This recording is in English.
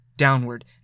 downward